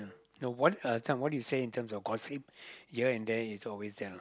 no what uh this one what you say in terms of gossip here and there is always there lah